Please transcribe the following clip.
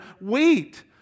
wait